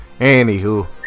Anywho